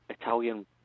Italian